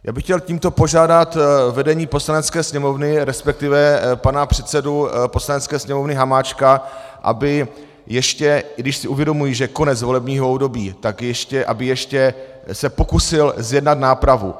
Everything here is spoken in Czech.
Já bych chtěl tímto požádat vedení Poslanecké sněmovny, respektive pana předsedu Poslanecké sněmovny Hamáčka, aby ještě, i když si uvědomuji, že je konec volebního období, tak aby ještě se pokusil zjednat nápravu.